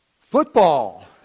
Football